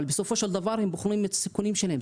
אבל בסופו של דבר הם בוחנים את הסיכונים שלהם.